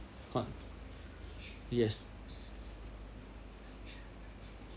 con~ yes